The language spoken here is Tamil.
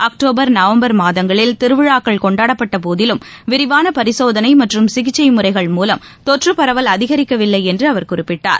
அக்டோபர் நவம்பர் மாதங்களில் திருவிழாக்கள் கொண்டாடப்பட்ட போதிலும் விரிவாள பரிசோதனை மற்றும் சிகிச்சை முறைகள் மூலம் தொற்றுப்பரவல் அதிகரிக்கவில்லை என்று அவர் குறிப்பிட்டார்